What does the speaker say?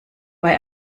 bei